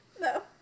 No